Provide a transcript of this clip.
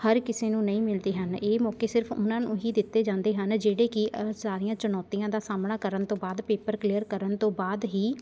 ਹਰ ਕਿਸੇ ਨੂੰ ਨਹੀਂ ਮਿਲਦੇ ਹਨ ਇਹ ਮੌਕੇ ਸਿਰਫ ਉਹਨਾਂ ਨੂੰ ਹੀ ਦਿੱਤੇ ਜਾਂਦੇ ਹਨ ਜਿਹੜੇ ਕਿ ਸਾਰੀਆਂ ਚੁਣੌਤੀਆਂ ਦਾ ਸਾਹਮਣਾ ਕਰਨ ਤੋਂ ਬਾਅਦ ਪੇਪਰ ਕਲੀਅਰ ਕਰਨ ਤੋਂ ਬਾਅਦ ਹੀ